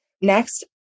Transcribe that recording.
Next